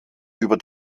über